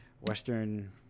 Western